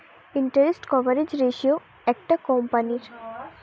interest coverage ratio একটা কোম্পানীর